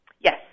Yes